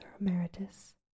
Emeritus